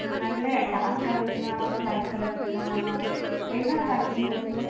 ആ മേഡത്തിന് ഡാർക്ക് കളേഴ്സിന് ആണോ അതോ ലൈറ്റ് കളേഴ്സിന് ആണോ അതോ ഏതിനാണ് താൽപര്യം കൂടുതൽ